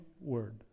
word